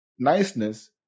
niceness